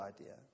idea